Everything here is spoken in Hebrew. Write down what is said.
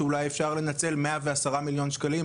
שאולי אפשר לנצל 110 מיליון שקלים